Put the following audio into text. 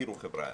תראו חבריה,